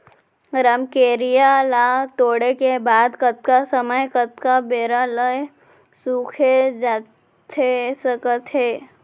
रमकेरिया ला तोड़े के बाद कतका समय कतका बेरा ले रखे जाथे सकत हे?